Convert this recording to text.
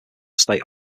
state